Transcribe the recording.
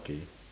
K